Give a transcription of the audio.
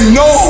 no